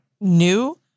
new